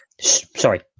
sorry